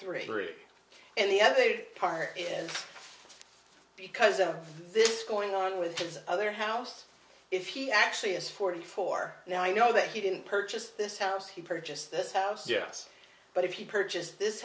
three and the other part is because of this going on with his other house if he actually is forty four now i know that he didn't purchase this house he purchased this house yes but if he purchased this